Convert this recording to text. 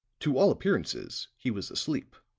to all appearances he was asleep